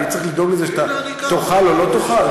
אני צריך לדאוג לזה שאתה תאכל או לא תאכל?